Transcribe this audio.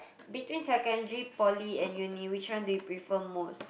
between secondary poly and uni which one do you prefer most